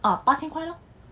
ah 八千块 lor